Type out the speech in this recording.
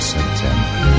September